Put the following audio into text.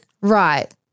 Right